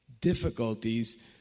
difficulties